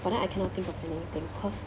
but then I cannot think of anything cause